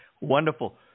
Wonderful